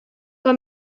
que